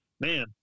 man